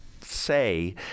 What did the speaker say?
say